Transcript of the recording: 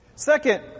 Second